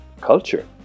Culture